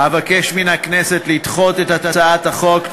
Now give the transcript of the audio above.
אבקש מן הכנסת לדחות את הצעת החוק.